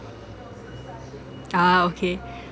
ah okay